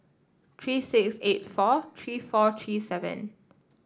three six eight four three four three seven